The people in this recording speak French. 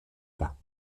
pas